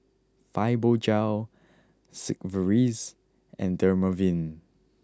Fibogel Sigvaris and Dermaveen